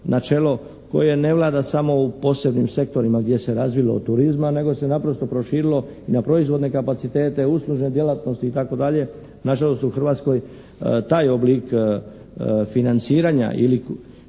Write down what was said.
načelo koje ne vlada samo u posebnim sektorima gdje se razvilo od turizma nego se naprosto proširilo i na proizvodne kapacitete, uslužne djelatnosti itd. Na žalost u Hrvatskoj taj oblik financiranja ili